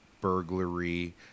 burglary